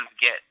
get